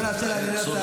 בוא נאפשר לאדוני